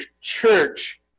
church